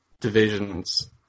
divisions